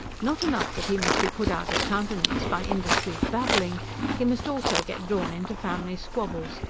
not enough that he must be put out of countenance by indiscreet babbling he must also get drawn into family squabbles,